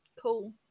Cool